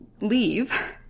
leave